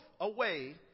away